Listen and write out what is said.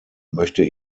möchte